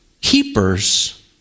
keepers